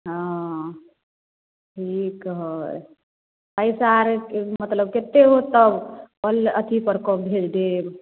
हँ ठीक है एहि सऽ आओरो मतलब केते उसब कोन अथी पर कऽ भेज देब